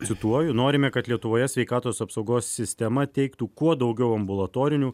cituoju norime kad lietuvoje sveikatos apsaugos sistema teiktų kuo daugiau ambulatorinių